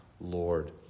Lord